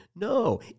No